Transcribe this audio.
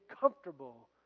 comfortable